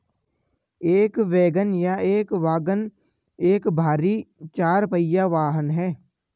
एक वैगन या वाग्गन एक भारी चार पहिया वाहन है